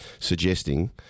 suggesting